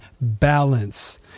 balance